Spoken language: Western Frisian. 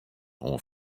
oan